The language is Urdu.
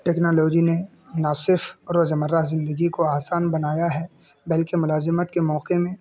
ٹیکنالوجی نے ناصرف روزمرہ زندگی کو آسان بنایا ہے بلکہ ملازمت کے موقع میں